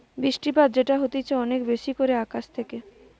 বৃষ্টিপাত যেটা হতিছে অনেক বেশি করে আকাশ থেকে